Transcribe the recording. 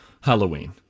Halloween